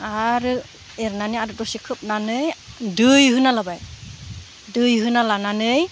आरो एरनानै आरो दसे खोबनानै दै होना लाबाय दै होना लानानै